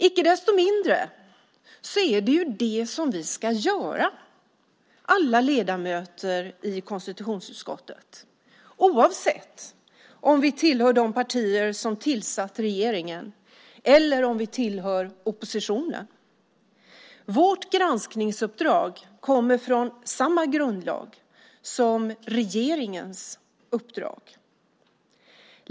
Icke desto mindre är det detta som alla vi ledamöter i konstitutionsutskottet ska göra, oavsett om vi tillhör de partier som tillsatt regeringen eller om vi tillhör oppositionen. Vårt granskningsuppdrag kommer från samma grundlag som regeringens uppdrag.